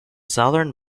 southern